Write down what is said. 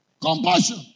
Compassion